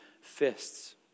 fists